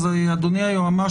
אז אדוני היועמ"ש,